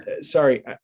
sorry